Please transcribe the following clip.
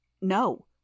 No